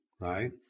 right